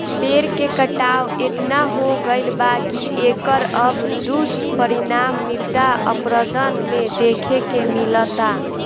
पेड़ के कटाव एतना हो गईल बा की एकर अब दुष्परिणाम मृदा अपरदन में देखे के मिलता